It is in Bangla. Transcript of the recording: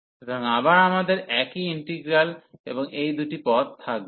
সুতরাং আবার আমাদের একটি ইন্টিগ্রাল এবং এই দুটি পদ থাকবে